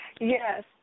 Yes